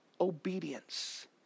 obedience